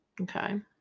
okay